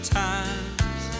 times